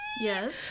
Yes